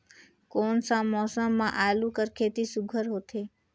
कोन सा मौसम म आलू कर खेती सुघ्घर होथे?